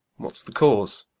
what's the cause?